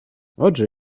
отже